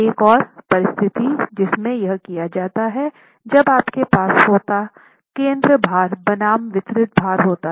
एक और परिस्तिथि जिसमे यह किया जाता है जब आपके पास होता केंद्रित भार बनाम वितरित भार होता है